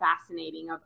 fascinating